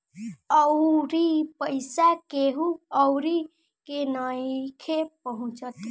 अउरी पईसा केहु अउरी के नइखे पहुचत